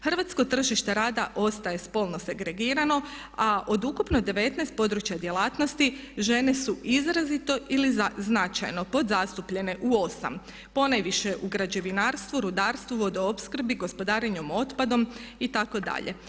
Hrvatsko tržište rada ostaje spolno segregirano, a od ukupno 19 područja djelatnosti žene su izrazito ili značajno podzastupljene u 8, ponajviše u građevinarstvu, rudarstvu, vodoopskrbi, gospodarenju otpadom itd.